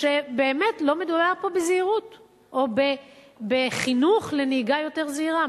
כשבאמת לא מדובר פה בזהירות או בחינוך לנהיגה יותר זהירה.